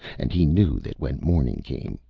and he knew that when morning came,